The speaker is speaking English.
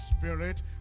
Spirit